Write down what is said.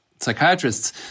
psychiatrists